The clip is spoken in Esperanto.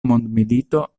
mondmilito